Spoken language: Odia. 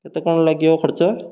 କେତେ କ'ଣ ଲାଗିବ ଖର୍ଚ୍ଚ